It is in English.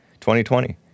2020